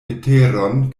veteron